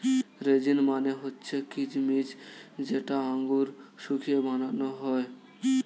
raisin মানে হচ্ছে কিচমিচ যেটা আঙুর শুকিয়ে বানানো হয়